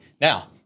Now